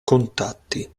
contatti